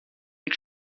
und